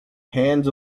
hands